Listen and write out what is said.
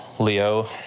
Leo